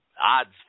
odds